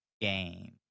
game